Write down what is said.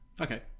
Okay